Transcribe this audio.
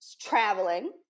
traveling